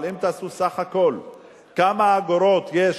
אבל תעשו סך הכול כמה אגורות יש,